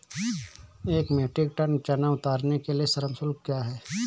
एक metric ton चना उतारने के लिए श्रम शुल्क क्या है?